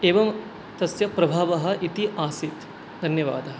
एवं तस्य प्रभावः इति आसीत् धन्यवादः